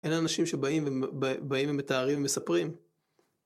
אין אנשים שבאים ומתארים ומספרים.